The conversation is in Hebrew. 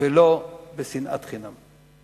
ולא בשנאת חינם";